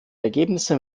ergebnisse